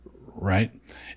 right